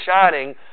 shining